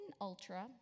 ultra